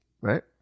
right